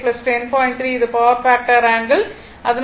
3 இது power factor angle அதனால்தான் இது 42